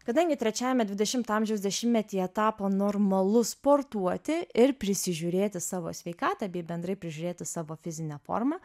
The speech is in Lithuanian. kadangi trečiajame dvidešimo amžiaus dešimtmetyje tapo normalu sportuoti ir prisižiūrėti savo sveikatą bei bendrai prižiūrėti savo fizinę formą